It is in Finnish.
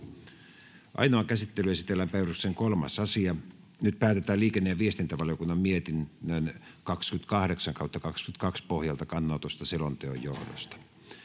Ainoaan käsittelyyn esitellään päiväjärjestyksen 3. asia. Nyt päätetään liikenne- ja viestintävaliokunnan mietinnön LiVM 28/2022 vp pohjalta kannanotosta selonteon johdosta.